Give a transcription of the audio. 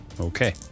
Okay